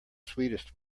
sweetest